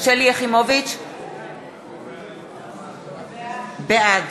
בעד